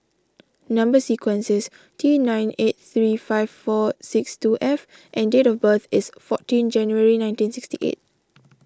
Number Sequence is T nine eight three five four six two F and date of birth is fourteen January nineteen sixty eight